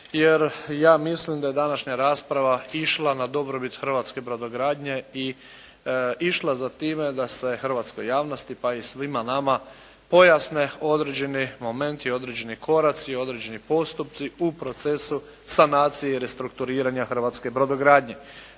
jer ja mislim da je današnja rasprava išla na dobrobit hrvatske brodogradnje i išla za time da se hrvatskoj javnosti pa i svima nama pojasne određeni momenti, određeni koraci, određeni postupci u procesu sanacije restrukturiranja hrvatske brodogradnje.